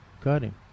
cutting